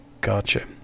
Gotcha